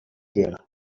there